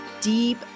deep